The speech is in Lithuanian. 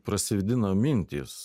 prasivėdina mintys